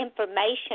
information